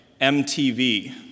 MTV